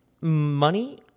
Money